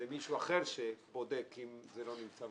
זה מישהו אחר שבודק אם זה לא נמצא.